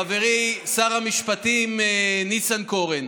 חברי שר המשפטים ניסנקורן,